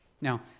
Now